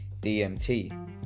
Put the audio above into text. DMT